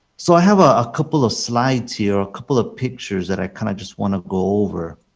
so i have ah a couple of slides here, a couple of pictures that i kind of just want to go over.